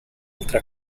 altre